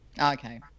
okay